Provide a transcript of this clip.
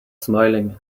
smiling